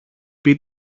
πει